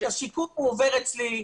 את השיקום הוא עובר אצלי,